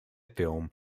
film